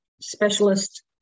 specialist